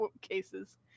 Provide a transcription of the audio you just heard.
cases